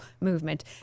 movement